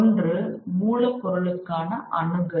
ஒன்று மூலப் பொருளுக்கான அணுகல்